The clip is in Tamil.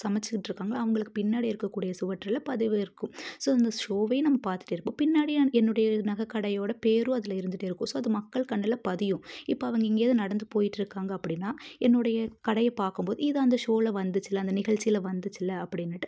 சமைச்சிட்டு இருக்காங்கள்லை அவர்களுக்கு பின்னாடி இருக்க கூடிய சுவற்றில் பதிவு இருக்கும் ஸோ அந்த ஷோவையும் நம்ப பார்த்துட்டு இருப்போம் பின்னாடி என்னுடைய நகை கடையோடய பேரும் அதில் இருந்துகிட்டே இருக்கும் ஸோ அது மக்கள் கண்ணில் பதியும் இப்போ அவங்க எங்கேயாவது நடந்து போயிகிட்டு இருக்காங்க அப்படினா என்னுடைய கடையை பார்க்கும் போது இது அந்த ஷோவில வந்துச்சுல அந்த நிகழ்ச்சியில வந்துச்சுல அப்படினுட்டு